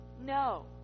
No